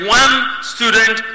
one-student